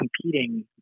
competing